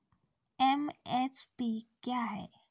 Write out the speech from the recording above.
MSP क्या है?